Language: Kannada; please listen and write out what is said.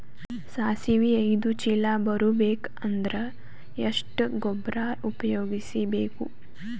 ಸಾಸಿವಿ ಐದು ಚೀಲ ಬರುಬೇಕ ಅಂದ್ರ ಎಷ್ಟ ಗೊಬ್ಬರ ಉಪಯೋಗಿಸಿ ಬೇಕು?